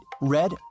red